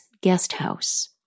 Guesthouse